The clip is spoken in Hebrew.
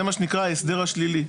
זה מה שנקרא ההסדר השלילי.